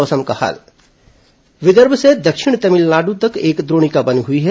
मौसम विदर्भ से दक्षिण तमिलनाडु तक एक द्रोणिका बनी हुई है